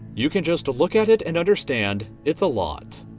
you can just look at it and understand it's a lot.